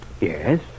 Yes